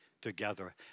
together